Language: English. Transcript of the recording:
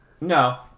No